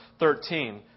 13